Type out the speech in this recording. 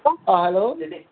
অঁ হেল্ল'